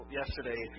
yesterday